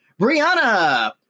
Brianna